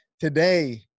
Today